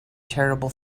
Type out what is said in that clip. terrible